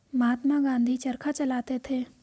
महात्मा गांधी चरखा चलाते थे